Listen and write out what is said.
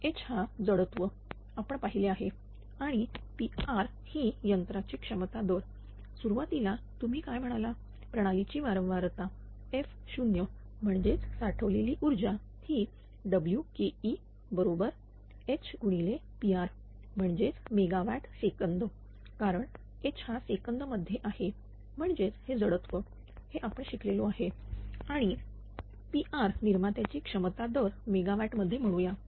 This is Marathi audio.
तर H हा जडत्व आपण पाहिले आहे आणिPr ही यंत्राची क्षमता दर सुरुवातीला तुम्ही काय म्हणाला प्रणालीची वारंवारता f0 म्हणजेच साठवलेली ऊर्जा ही Wke0 बरोबर HPr म्हणजेच मेगावॅट सेकंद कारण H हा सेकंद मध्ये आहे म्हणजेच हे जडत्व हे आपण शिकलेलो आहे आणि Pr निर्मात्याची क्षमता दर मेगावॅट मध्ये म्हणूया